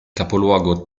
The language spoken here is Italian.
capoluogo